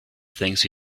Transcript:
things